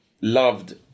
loved